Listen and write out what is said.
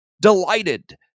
delighted